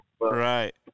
Right